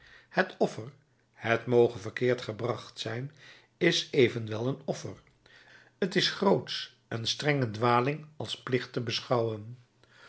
het offer het moge verkeerd gebracht zijn is evenwel een offer t is grootsch een strenge dwaling als plicht te beschouwen